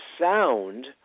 sound